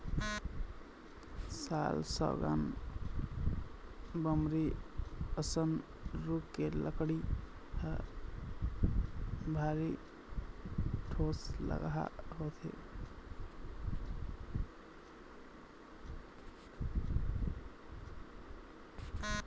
साल, सागौन, बमरी असन रूख के लकड़ी ह भारी ठोसलगहा होथे